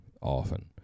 often